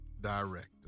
director